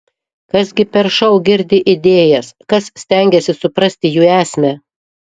kas gi per šou girdi idėjas kas stengiasi suprasti jų esmę